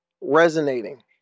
resonating